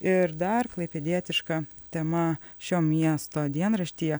ir dar klaipėdietiška tema šio miesto dienraštyje